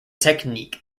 technique